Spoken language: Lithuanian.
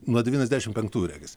nuo devyniasdešimt penktųjų regis